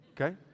okay